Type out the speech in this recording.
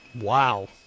Wow